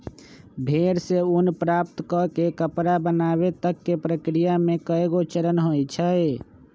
भेड़ से ऊन प्राप्त कऽ के कपड़ा बनाबे तक के प्रक्रिया में कएगो चरण होइ छइ